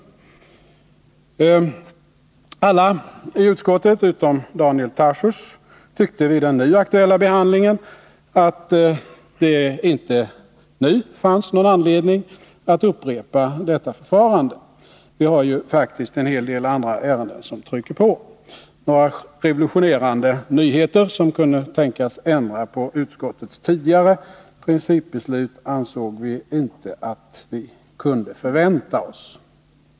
Alla i utskottet utom Daniel Tarschys tyckte vid den nu aktuella behandlingen att det inte fanns någon anledning att upprepa detta förfarande. Vi har ju faktiskt en hel del andra ärenden som trycker på. Några revolutionerande nyheter, som kunde tänkas ändra på utskottets tidigare principbeslut, ansåg vi inte att vi kunde förvänta oss.